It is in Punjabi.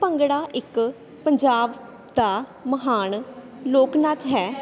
ਭੰਗੜਾ ਇੱਕ ਪੰਜਾਬ ਦਾ ਮਹਾਨ ਲੋਕ ਨਾਚ ਹੈ